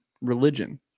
religion